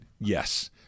yes